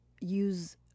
use